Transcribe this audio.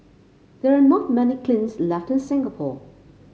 there are not many kilns left in Singapore